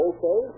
Okay